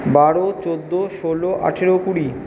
বারো চোদ্দ ষোলো আঠেরো কুড়ি